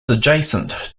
adjacent